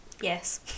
Yes